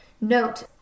Note